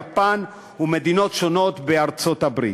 יפן ומדינות שונות בארצות-הברית.